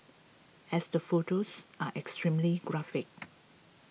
as the photos are extremely graphic